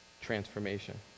Transformation